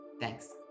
Thanks